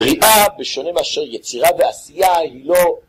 בריאה, בשונים אשר יצירה ועשייה, היא לא...